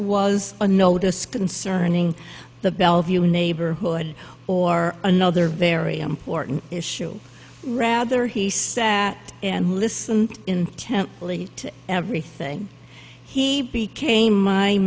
was a notice concerning the bellevue neighborhood or another very important issue rather he sat and listened intently to everything he became my